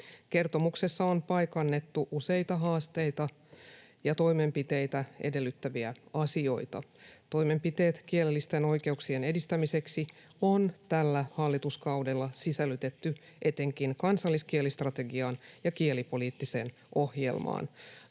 Kertomuksessa on paikannettu useita haasteita ja toimenpiteitä edellyttäviä asioita. Toimenpiteet kielellisten oikeuksien edistämiseksi on tällä hallituskaudella sisällytetty etenkin kansalliskielistrategiaan ja kielipoliittiseen ohjelmaan.